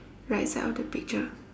right side of the picture